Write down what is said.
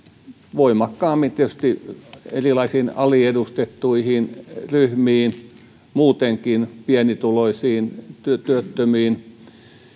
voimakkaammin tietysti erilaisiin aliedustettuihin ryhmiin muutenkin pienituloisiin työttömiin ja